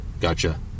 Gotcha